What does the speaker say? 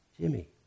Jimmy